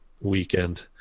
weekend